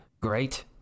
great